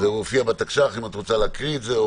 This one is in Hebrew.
זה מופיע בתקש"ח, אם את רוצה לקרוא את זה.